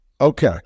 okay